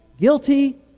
guilty